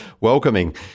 welcoming